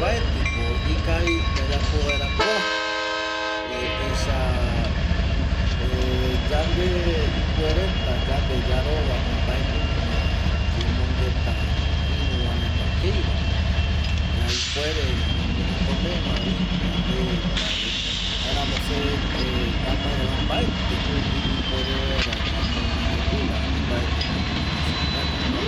Mbaetɨko ikavi yayapo vaera kua esa yande ipuereta yande yarovama mbaenunga yemongueta ïru vareta jei va jare ipuere yayemo guɨrokomeguävi yande yave jaeramo, se amaeva mbaetɨ jupi ipuere vaera yamo manipula opaete comunicación reta.